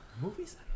Movies